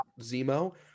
zemo